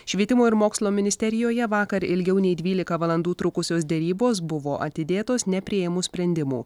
švietimo ir mokslo ministerijoje vakar ilgiau nei dvylika valandų trukusios derybos buvo atidėtos nepriėmus sprendimų